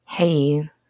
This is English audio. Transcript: Hey